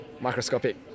microscopic